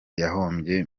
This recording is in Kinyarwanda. yahombye